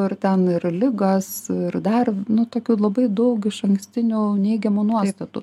ir ten ir ligos ir dar nu tokių labai daug išankstinių neigiamų nuostatų